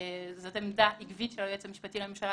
זאת עמדה עקבית של היועץ המשפטי לממשלה,